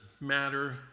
matter